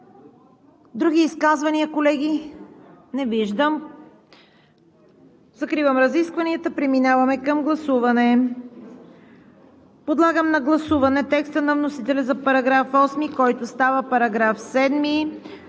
Други изказвания, колеги? Не виждам. Закривам разискванията. Преминаваме към гласуване. Подлагам на гласуване текста на вносителя за § 8, който става § 7;